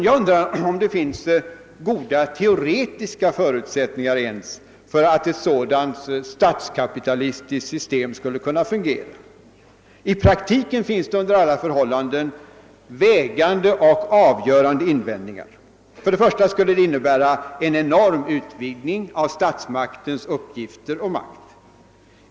Jag undrar om det ens finns goda teoretiska förutsättningar för att ett sådant statskapitalistiskt system skulle kunna fungera. I praktiken finns under alla förhållanden vägande och avgörande invändningar. Först och främst skulle det innebära en enorm utvidgning av statsmaktens uppgifter och makt.